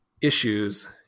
issues